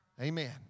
Amen